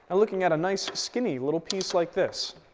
and looking at a nice skinny little piece like this.